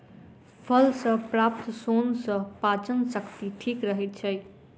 फल सॅ प्राप्त सोन सॅ पाचन शक्ति ठीक रहैत छै